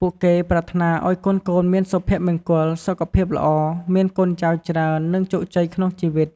ពួកគេប្រាថ្នាឱ្យកូនៗមានសុភមង្គល សុខភាពល្អ មានកូនចៅច្រើន និងជោគជ័យក្នុងជីវិត។